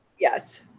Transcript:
Yes